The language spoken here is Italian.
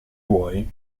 vuoi